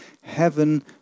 heaven